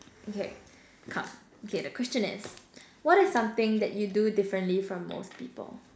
okay come okay the question is what is something that you do differently from most people